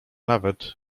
nawet